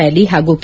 ವ್ಲಾಲಿ ಹಾಗೂ ಕೆ